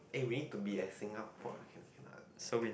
eh we need to be as singapore cannot cannot